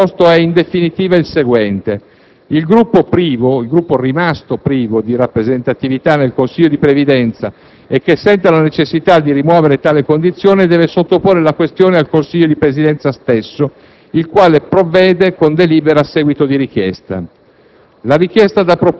Il percorso proposto è, in definitiva, il seguente. Il Gruppo rimasto privo di rappresentatività nel Consiglio di Presidenza, e che senta la necessità di rimuovere tale condizione, deve sottoporre la questione al Consiglio di Presidenza stesso, il quale provvede "con delibera a seguito di richiesta".